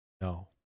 No